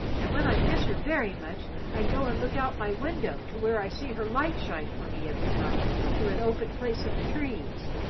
and when i miss her very much, i go and look out of my window to where i see her light shine for me every night through an open place in the trees.